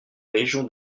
région